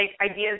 ideas